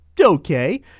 okay